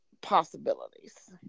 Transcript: possibilities